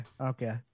Okay